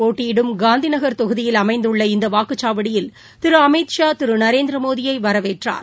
போட்டியிடும் காந்திநகர் தொகுதியில் அமைந்துள்ள இந்த வாக்குச்சவாடியில் திரு அமித்ஷா திரு நரேந்திரமோடியை வரவேற்றார்